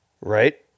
right